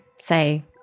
say